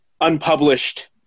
unpublished